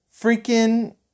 freaking